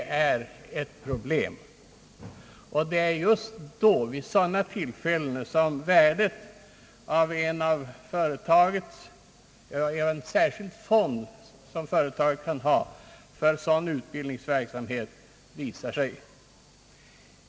Det är just då som värdet av en särskild företagsfond för utbildningsverksamhet visar sig.